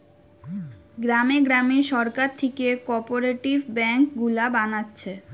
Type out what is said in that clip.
গ্রামে গ্রামে সরকার থিকে কোপরেটিভ বেঙ্ক গুলা বানাচ্ছে